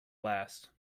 last